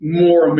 more